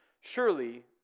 Surely